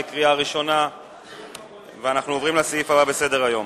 אנחנו עוברים לסעיף הבא בסדר-היום: